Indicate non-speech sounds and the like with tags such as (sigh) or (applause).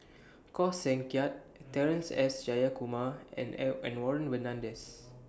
Koh Seng Kiat Terence S Jayakumar and (unintelligible) and Warren Fernandez